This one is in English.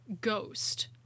ghost